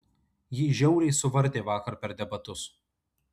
jį žiauriai suvartė vakar per debatus